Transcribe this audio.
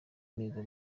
mihigo